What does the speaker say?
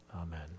Amen